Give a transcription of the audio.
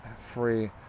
Free